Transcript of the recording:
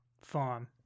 farm